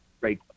great